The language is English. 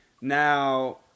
Now